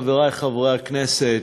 חברי חברי הכנסת,